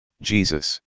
Jesus